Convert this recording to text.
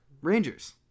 Rangers